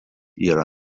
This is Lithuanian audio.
yra